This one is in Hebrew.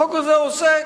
החוק הזה עוסק